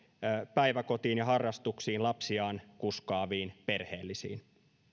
päiväkotiin ja harrastuksiin lapsiaan kuskaaviin perheellisiin